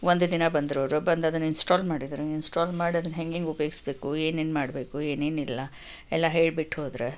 ಒಂದು ದಿನ ಬಂದರವ್ರು ಬಂದದನ್ನು ಇನ್ಸ್ಟಾಲ್ ಮಾಡಿದರು ಇನ್ಸ್ಟಾಲ್ ಮಾಡದನ್ನು ಹೇಗೇಗೆ ಉಪಯೋಗಿಸಬೇಕು ಏನೇನು ಮಾಡಬೇಕು ಏನೇನೆಲ್ಲ ಎಲ್ಲ ಹೇಳಿಬಿಟ್ಟು ಹೋದರು